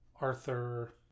Arthur